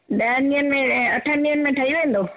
ॾहनि ॾींहनि में अठनि ॾींहनि में ठही वेंदो